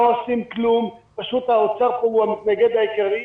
לא עושים כלום, פשוט האוצר פה הוא המתנגד העיקרי.